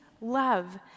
love